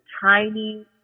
tiny